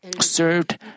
served